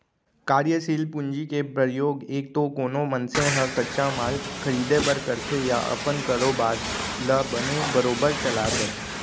कारयसील पूंजी के परयोग एक तो कोनो मनसे ह कच्चा माल खरीदें बर करथे या अपन कारोबार ल बने बरोबर चलाय बर